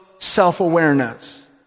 self-awareness